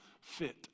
fit